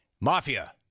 Mafia